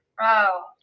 wow